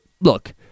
look